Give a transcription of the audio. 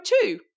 two